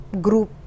group